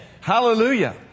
Hallelujah